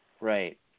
Right